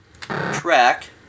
track